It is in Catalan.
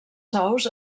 sous